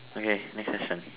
okay next question